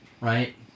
right